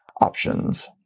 options